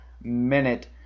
minute